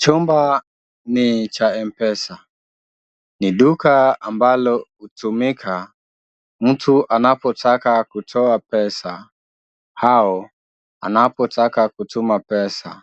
Chumba ni cha mpesa, ni duka ambalo hutumika mtu anapotaka kutoa pesa au anapotaka kutuma pesa